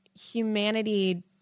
humanity